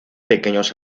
pequeños